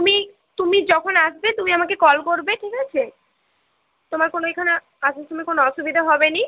তুমি তুমি যখন আসবে তুমি আমাকে কল করবে ঠিক আছে তোমার কোনো এখানে আসার সময় কোনো অসুবিধা হবে নি